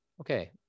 okay